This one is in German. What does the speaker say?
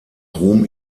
ruhm